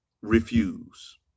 refuse